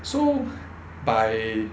so by